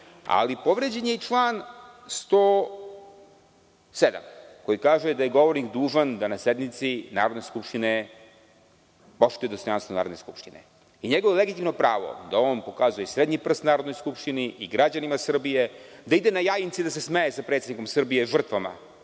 predavanje. Povređen je i član 107. koji kaže da je govornik dužan da na sednici Narodne skupštine poštuje dostojanstvo Narodne skupštine. Njegovo je legitimno pravo da pokazuje srednji prst Narodnoj skupštini i građanima Srbije, da ide na Jajince i da se smeje sa predsednikom Srbije žrtvama